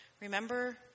remember